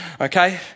okay